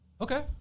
Okay